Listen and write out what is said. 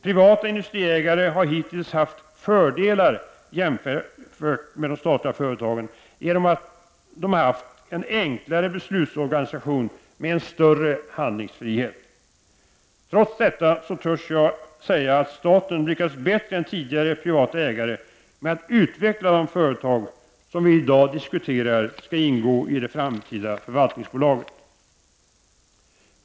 Privata industriägare har hittills haft fördelar jämfört med de statliga företagen, genom att de har haft en enklare beslutsorganisation och en större handlingsfrihet. Trots detta törs jag säga att staten har lyckats bättre än tidigare privata ägare med att utveckla de företag som vi i dag diskuterar skall ingå i det framtida förvaltningsbolaget.